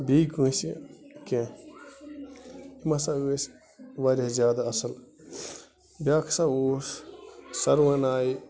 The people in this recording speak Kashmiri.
بیٚیہِ کٲنٛسہِ کیٚنٛہہ یِم ہَسا ٲسۍ واریاہ زیادٕ اَصٕل بیٛاکھ ہَسا اوس سَروٕناے